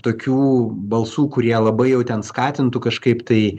tokių balsų kurie labai jau ten skatintų kažkaip tai